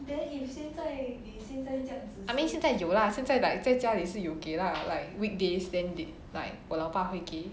I mean 现在有 lah 现在 like 在家里是有给 lah like weekdays then like 我老爸会给